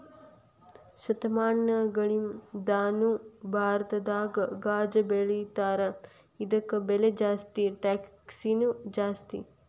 ಶತಮಾನಗಳಿಂದಾನು ಭಾರತದಾಗ ಗಾಂಜಾಬೆಳಿತಾರ ಇದಕ್ಕ ಬೆಲೆ ಜಾಸ್ತಿ ಟ್ಯಾಕ್ಸನು ಜಾಸ್ತಿ